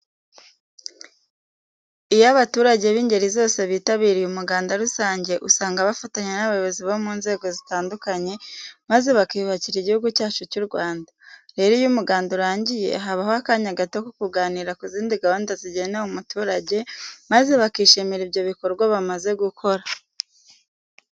Iyo abaturage b'ingeri zose bitabiriye umuganda rusange, usanga bafatanya n'abayobozi bo mu nzego zitandukanye maze bakiyubakira Igihugu cyacu cy'u Rwanda. Rero iyo umuganda urangiye habaho akanya gato ko kuganira ku zindi gahunda zigenewe umuturage maze bakishimira ibyo bikorwa bamaze gukora.